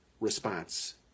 response